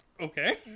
okay